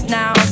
now